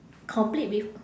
complete with